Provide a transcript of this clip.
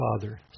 Father